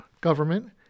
government